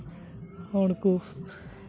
ᱦᱚᱲ ᱠᱚ